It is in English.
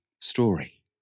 story